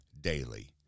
daily